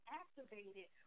activated